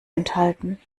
enthalten